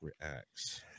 reacts